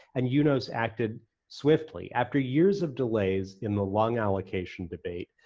and yeah unos acted swiftly. after years of delays in the lung allocation debate,